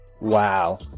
wow